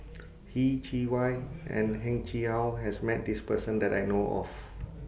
Yeh Chi Wei and Heng Chee How has Met This Person that I know of